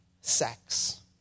sex